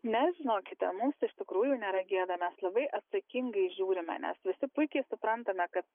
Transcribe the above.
ne žinokite mums iš tikrųjų nėra gėda mes labai atsakingai žiūrime nes visi puikiai suprantame kad